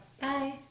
Bye